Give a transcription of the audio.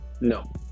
no